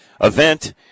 event